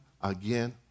again